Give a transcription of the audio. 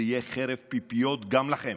זו תהיה חרב פיפיות גם לכם.